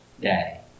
day